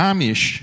Amish